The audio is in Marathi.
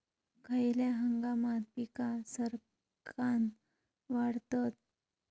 खयल्या हंगामात पीका सरक्कान वाढतत?